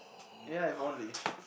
yeah if only